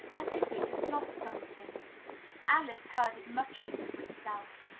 as if it had lost something alice heard it muttering to itself,